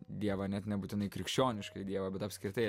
dievą net nebūtinai krikščioniškąjį dievą bet apskritai